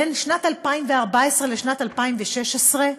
בין שנת 2014 לשנת 2016,